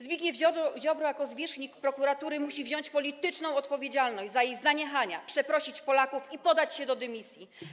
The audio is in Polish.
Zbigniew Ziobro jako zwierzchnik prokuratury musi wziąć polityczną odpowiedzialność za jej zaniechania, przeprosić Polaków i podać się do dymisji.